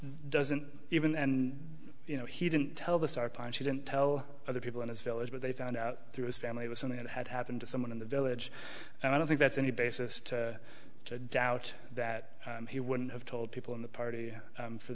doesn't even and you know he didn't tell the sarpanch she didn't tell other people in his village but they found out through his family was something that had happened to someone in the village and i don't think that's any basis to doubt that he wouldn't have told people in the party